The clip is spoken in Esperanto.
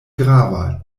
grava